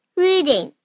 reading